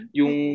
yung